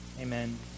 Amen